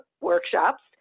workshops